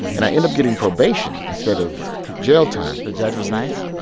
and i end up getting probation instead of jail time the judge was nice?